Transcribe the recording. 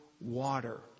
water